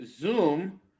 zoom